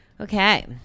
Okay